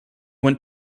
went